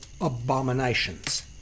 abominations